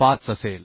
5 असेल